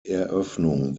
eröffnung